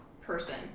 person